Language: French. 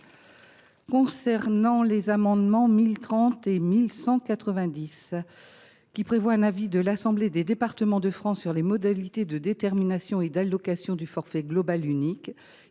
l’hébergement. L’amendement n° 1190 prévoit un avis de l’Assemblée des départements de France sur les modalités de détermination et d’allocation du forfait global unique